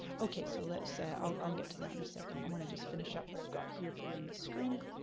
okay, so let's say i'll get to that in a second. i wanna just finish up what i've got here for you on this screen.